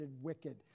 wicked